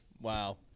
Wow